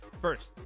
First